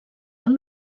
del